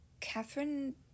Catherine